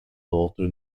daughter